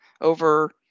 over